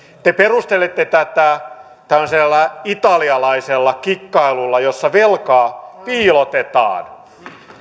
te perustelette tätä tämmöisellä italialaisella kikkailulla jossa velkaa piilotetaan